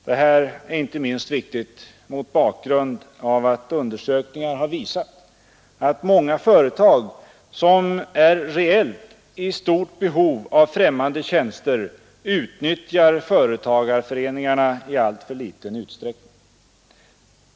Detta är inte minst viktigt mot bakgrund av att undersökningar har visat att många företag som reellt är i stort behov av främmande tjänster utnyttjar företagareföreningarna i alltför liten utsträckning.